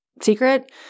secret